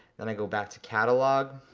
then i go back to catalog,